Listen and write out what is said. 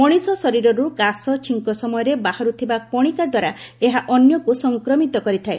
ମଣିଷ ଶରୀରରୁ କାଶ ଛିଙ୍କ ସମୟରେ ବାହାରୁଥିବା କଶିକାଦ୍ୱାରା ଏହା ଅନ୍ୟକୁ ସଂକ୍ରମିତ କରିଥାଏ